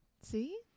See